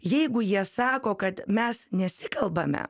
jeigu jie sako kad mes nesikalbame